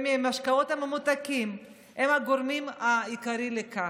והמשקאות הממותקים הם הגורמים העיקריים לכך.